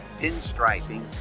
pinstriping